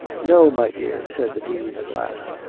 no, my dear, said the dean at last,